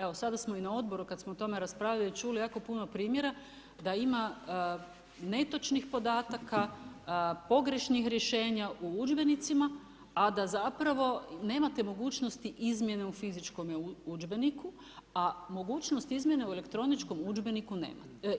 Evo sada smo i na Odboru kada smo o tome raspravljali čuli jako puno primjera da ima netočnih podataka, pogrešnih rješenja u udžbenicima, a da zapravo nemate mogućnosti izmjene u fizičkome izmjene, a mogućnosti izmjene u elektroničkom udžbeniku